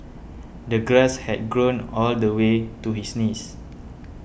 the grass had grown all the way to his knees